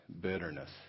bitterness